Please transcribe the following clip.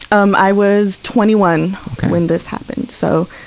um i was twenty one when this happened, so,